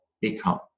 become